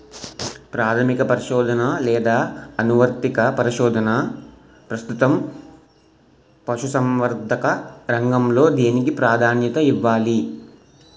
ప్రాథమిక పరిశోధన లేదా అనువర్తిత పరిశోధన? ప్రస్తుతం పశుసంవర్ధక రంగంలో దేనికి ప్రాధాన్యత ఇవ్వాలి?